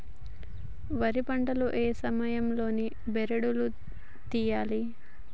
వరి పంట లో ఏ సమయం లో బెరడు లు తియ్యాలి?